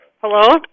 Hello